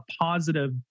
positive